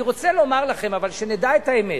אבל אני רוצה לומר לכם, שנדע את האמת.